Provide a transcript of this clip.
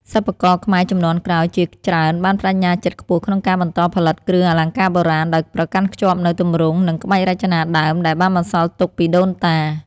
សិប្បករខ្មែរជំនាន់ក្រោយ ជាច្រើនបានប្តេជ្ញាចិត្តខ្ពស់ក្នុងការបន្តផលិតគ្រឿងអលង្ការបុរាណ ដោយប្រកាន់ខ្ជាប់នូវ ទម្រង់ និងក្បាច់រចនាដើម ដែលបានបន្សល់ទុកពីដូនតា។